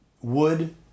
wood